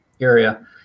area